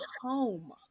home